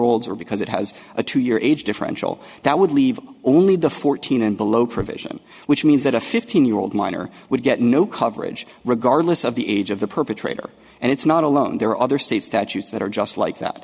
olds or because it has a two year age differential that would leave only the fourteen and below provision which means that a fifteen year old minor would get no coverage regardless of the age of the perpetrator and it's not alone there are other state statutes that are just like that